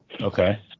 okay